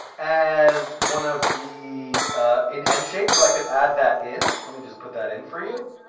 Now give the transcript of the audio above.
as one of the in endshape. so i could add that in. let me just put that in for you.